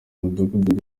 mudugudu